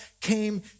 came